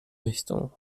richtung